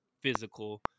physical